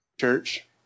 church